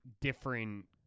different